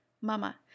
Mama